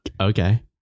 Okay